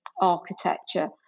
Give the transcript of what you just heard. architecture